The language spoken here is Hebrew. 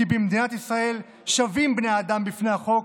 "במדינת ישראל שווים בני האדם בפני החוק,